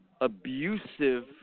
abusive